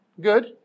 good